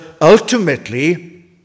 ultimately